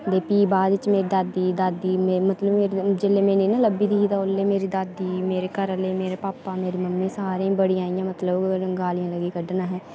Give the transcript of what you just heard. ते भी बाद बिच दादी मेरी दादी मतलब जेल्लै में निं ना लब्भी दी हे ते मेरी दादी मेरे घरै आह्ले भापा मेरी मम्मी सारे बड़े इ'यां मतलब गालियां लग्गे कड्ढना ऐहें